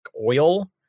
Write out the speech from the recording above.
oil